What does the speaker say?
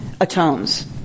atones